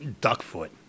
Duckfoot